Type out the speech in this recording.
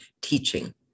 teaching